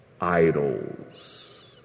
idols